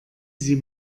sie